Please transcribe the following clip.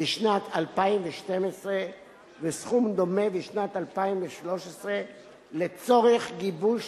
בשנת 2012 וסכום דומה בשנת 2013 לצורך גיבוש